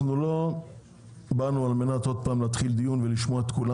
אנחנו לא באנו לפה כדי להתחיל דיון ולשמוע את כולם.